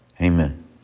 Amen